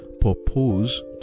propose